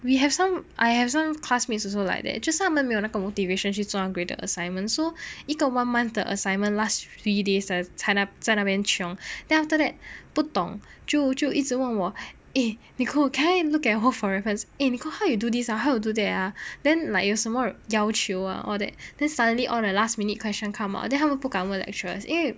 we have some I have classmates also like that just 他们没有 motivatation 去做那个 graded assignments so 一个 one month 的 assignment last last three days 在那边 chiong then after that 不懂就就一直问我诶 Nicole can I look at hor for reference 诶 Nicole how to do this how to do that ah then like 有什么要求 all that then suddenly all the last minute question come out then 他们不敢问 lecturers 因为